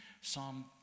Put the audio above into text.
Psalm